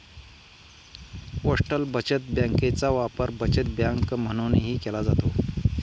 postal बचत बँकेचा वापर बचत बँक म्हणूनही केला जातो